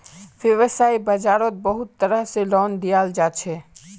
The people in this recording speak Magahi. वैव्साय बाजारोत बहुत तरह से लोन दियाल जाछे